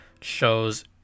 shows